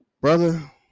brother